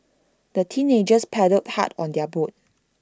the teenagers paddled hard on their boat